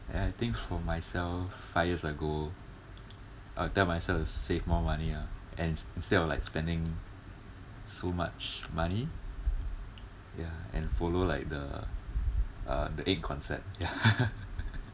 and I think for myself five years ago I would tell myself to save more money ah and ins~ instead of like spending so much money ya and follow like the uh the egg concept yah